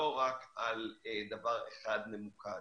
לא רק על דבר אחד ממוקד.